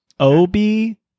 Obi